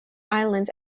islands